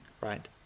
right